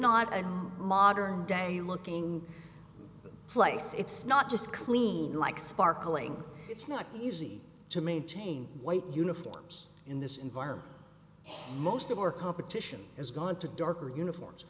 not a modern day looking that place it's not just clean like sparkling it's not easy to maintain white uniforms in this environment most of our competition is going to darker uniforms